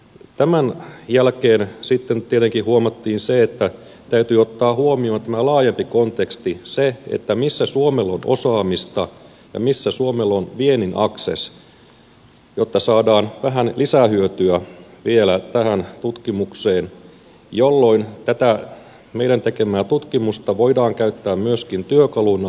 tämän jälkeen sitten tietenkin huomattiin se että täytyy ottaa huomioon tämä laajempi konteksti se missä suomella on osaamista ja missä suomella on viennin access jotta saadaan vähän lisähyötyä vielä tähän tutkimukseen jolloin tätä meidän tekemää tutkimusta voidaan käyttää myöskin työkaluna meidän vienninedistämiseen